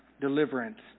deliverance